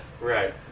right